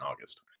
August